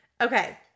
Okay